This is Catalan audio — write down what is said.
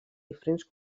diferents